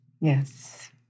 Yes